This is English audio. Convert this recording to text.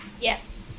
Yes